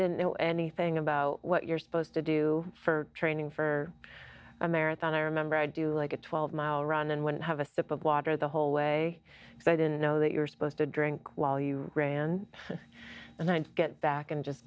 didn't know anything about what you're supposed to do for training for a marathon i remember i do like a twelve mile run and went have a sip of water the whole way i didn't know that you're supposed to drink while you ran and then get back and just